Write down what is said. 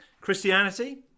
Christianity